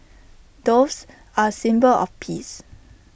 doves are A symbol of peace